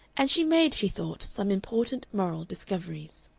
and she made, she thought, some important moral discoveries.